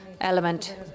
element